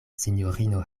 sinjorino